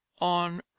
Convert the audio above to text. on